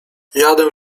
jadę